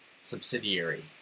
subsidiary